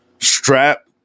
strap